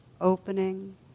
opening